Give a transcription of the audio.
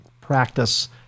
practice